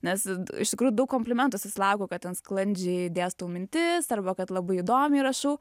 nes iš tikrųjų daug komplimentų susilaukiau kad ten sklandžiai dėstau mintis arba kad labai įdomiai rašau